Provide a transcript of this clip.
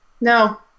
No